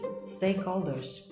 stakeholders